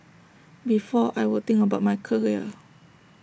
before I would think about my career